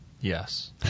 yes